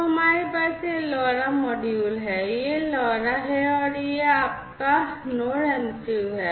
तो हमारे पास यह LoRa मॉड्यूल है यह LoRa है और यह आपका Node MCU है